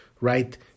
right